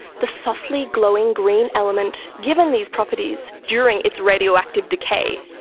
the softly glowing green element given these properties during its radioactive decay.